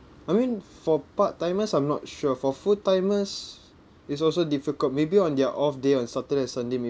I mean for part-timers I'm not sure for full-timers it's also difficult maybe on their off day on saturday and sunday